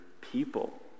people